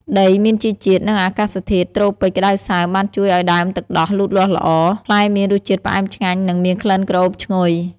ដីមានជីជាតិ និងអាកាសធាតុត្រូពិចក្តៅសើមបានជួយឲ្យដើមទឹកដោះលូតលាស់ល្អ ផ្លែមានរសជាតិផ្អែមឆ្ងាញ់ និងមានក្លិនក្រអូបឈ្ងុយ។